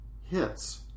hits